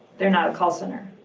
they're not a call center.